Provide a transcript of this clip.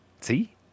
See